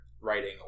writing